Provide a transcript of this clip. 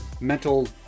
mental